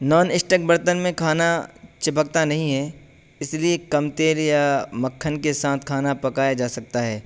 naan stick برتن میں کھانا چپکتا نہیں ہے اس لیے کم تیل یا مکھن کے ساتھ کھانا پکایا جا سکتا ہے